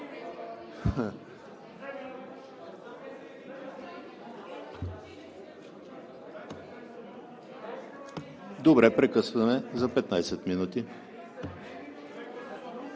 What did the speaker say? Добре, прекъсване за 15 минути.